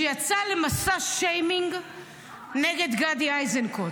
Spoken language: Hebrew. שיצא למסע שיימינג נגד גדי איזנקוט.